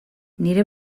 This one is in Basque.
nire